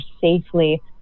safely